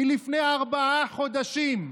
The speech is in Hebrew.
מלפני ארבעה חודשים,